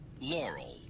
Laurel